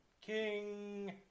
King